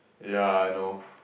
yeah I know